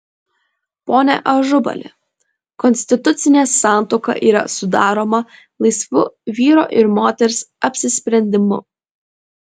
pone ažubali konstitucinė santuoka yra sudaroma laisvu vyro ir moters apsisprendimu